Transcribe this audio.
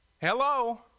Hello